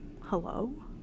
hello